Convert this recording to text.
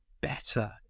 better